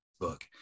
book